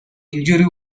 injury